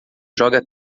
joga